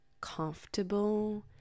comfortable